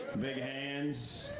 ah big hands.